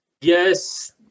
yes